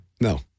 No